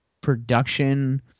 production